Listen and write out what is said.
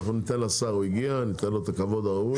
אנחנו ניתן לשר את הכבוד הראוי.